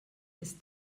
ist